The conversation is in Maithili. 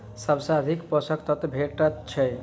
सबसँ अधिक पोसक तत्व भेटय छै?